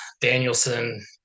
Danielson